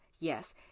Yes